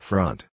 Front